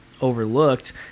overlooked